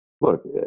look